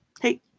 Hey